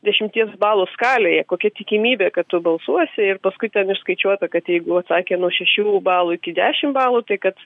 dešimties balų skalėje kokia tikimybė kad tu balsuosi ir paskui ten išskaičiuota kad jeigu atsakė nuo šešių balų iki dešimt balų tai kad